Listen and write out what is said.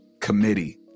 committee